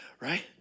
Right